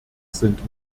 sind